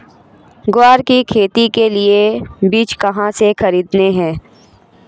ग्वार की खेती के लिए बीज कहाँ से खरीदने हैं?